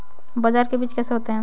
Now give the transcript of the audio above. बाजरे के बीज कैसे होते हैं?